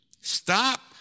Stop